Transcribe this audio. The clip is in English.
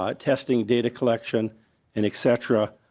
um testing data collection and etc.